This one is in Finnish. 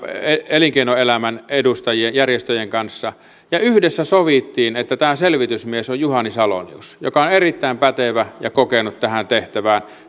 elinkeinoelämän järjestöjen kanssa ja yhdessä sovittiin että tämä selvitysmies on juhani salonius joka on erittäin pätevä ja kokenut tähän tehtävään